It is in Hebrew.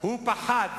הוא פחד,